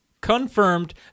Confirmed